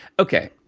okay,